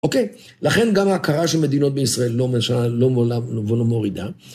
אוקיי. לכן גם ההכרה של מדינות בישראל לא משנה. לא מעלה ולא מורידה.